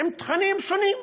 עם תכנים שונים,